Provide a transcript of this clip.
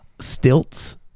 stilts